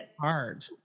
hard